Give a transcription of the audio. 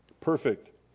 Perfect